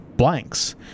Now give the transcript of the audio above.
Blanks